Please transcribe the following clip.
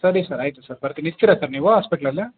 ಸರಿ ಸರ್ ಆಯಿತು ಸರ್ ಬರ್ತೀನಿ ಇರ್ತೀರಾ ಸರ್ ನೀವು ಹಾಸ್ಪೆಟ್ಲಲ್ಲಿ